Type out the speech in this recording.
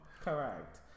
Correct